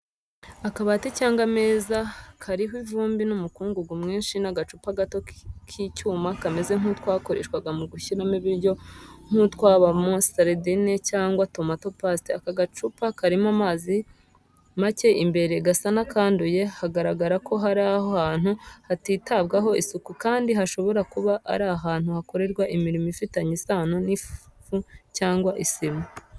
Akabati cyangwa ameza kariho ivumbi n’umukungugu mwinshi, n’agacupa gato k’icyuma kameze nk’utwakoreshwaga mu gushyiramo ibiryo nk’utwabamo sardines cyangwa tomato paste. Ako gacupa karimo amazi make imbere, gasa n’akanduye. Haragaragara ko aho hantu hatitabwaho isuku, kandi hashobora kuba ari ahantu hakorerwa imirimo ifitanye isano n’ifu cyangwa isima.